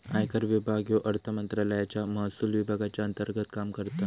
आयकर विभाग ह्यो अर्थमंत्रालयाच्या महसुल विभागाच्या अंतर्गत काम करता